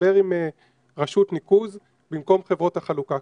מדבר עם רשות ניקוז במקום חברות החלוקה.